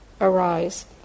arise